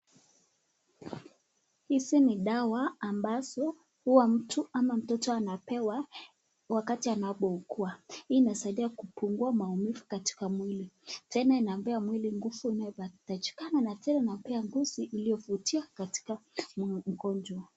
Hizi ni dawa ambazo huwa mtu ama mtoto anapewa wakati anapo uguwa. Hii inasaidia kupungua maumivu katika mwili. Tena inapea mwili nguvu inayotajikana na tena inapea ngozi iliyovutia katika mgonjwa.